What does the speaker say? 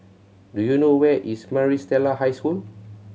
do you know where is Maris Stella High School